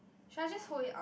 should I just hold it up